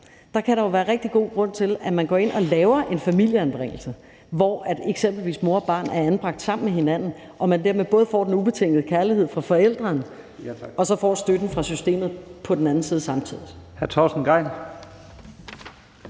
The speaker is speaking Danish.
kan være rigtig god grund til, at man går ind og laver en familieanbringelse, hvor eksempelvis mor og barn er anbragt sammen med hinanden, og hvor man dermed både får den ubetingede kærlighed fra forælderen og på den anden side samtidig